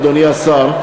אדוני השר,